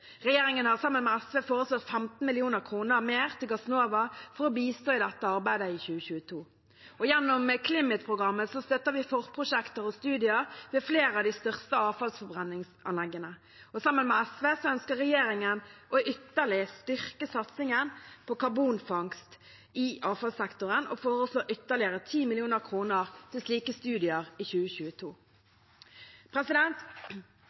Regjeringen har sammen med SV foreslått 15 mill. kr mer til Gassnova for å bistå i dette arbeidet i 2022. Gjennom CLIMIT-programmet støtter vi forprosjekter og studier ved flere av de største avfallsforbrenningsanleggene. Sammen med SV ønsker regjeringen ytterligere å styrke satsingen på karbonfangst i avfallssektoren og foreslår ytterligere 10 mill. kr til slike studier i 2022.